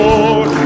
Lord